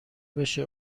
بشه